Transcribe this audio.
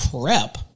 Prep